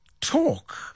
talk